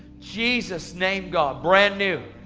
jesus name, god, brand new.